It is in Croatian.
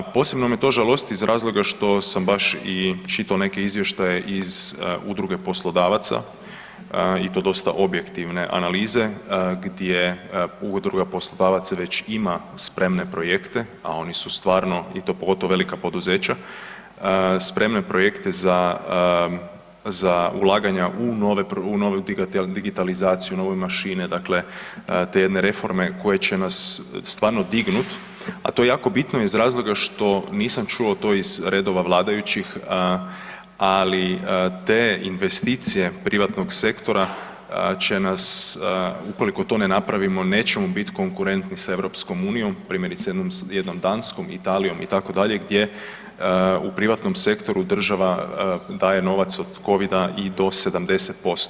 Posebno me to žalosti iz razloga što sam baš i čitao neke izvještaje iz Udruge poslodavaca i to dosta objektivne analize gdje Udruga poslodavaca već ima spremne projekte a oni su stvarno i to pogotovo velika poduzeća, spremne projekte za ulaganja u novu digitalizaciju, u nove mašine, dakle, te jedne reforme koje će nas stvarno dignut a to je jako bitno iz razloga što nisam čuo to iz redova vladajućih ali te investicije privatnog sektora će nas ukoliko to ne napravimo, nećemo biti konkurentni sa EU-om, primjerice sa jednom Danskoj, Italijom itd., gdje u privatnom sektoru država daje novac od COVID-a i do 70%